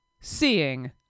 seeing